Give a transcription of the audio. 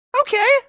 Okay